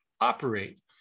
operate